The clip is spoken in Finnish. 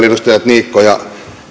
edustajat niikko ja